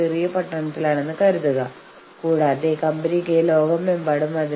ഒരു മിനിറ്റിനുള്ളിൽ നമ്മൾ ഇതിനെക്കുറിച്ച് സംസാരിക്കും